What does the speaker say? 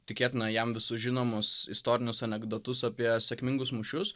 tikėtina jam visus žinomus istorinius anekdotus apie sėkmingus mūšius